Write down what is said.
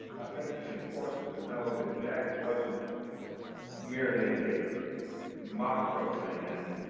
i think it's important to know that jack wasn't merely the macho man.